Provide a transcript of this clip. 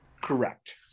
correct